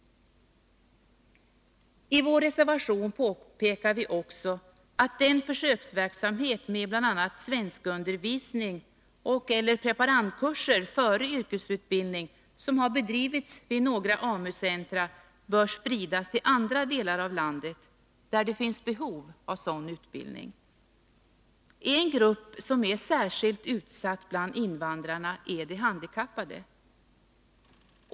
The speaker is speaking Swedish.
I vår reservation påpekar vi också att den försöksverksamhet med bl.a. svenskundervisning och preparandkurser före yrkesutbildning som har bedrivits vid några AMU-centra bör spridas till andra delar av landet där det finns behov av sådan utbildning. En grupp som är särskilt utsatt bland invandrarna är de handikappade.